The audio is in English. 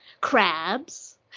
crabs